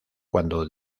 cuando